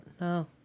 No